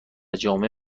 جامع